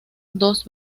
dos